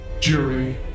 jury